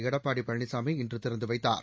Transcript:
எடப்பாடி பழனிசாமி இன்று திறந்து வைத்தார்